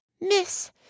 Miss